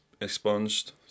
expunged